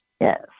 Yes